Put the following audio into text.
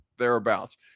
thereabouts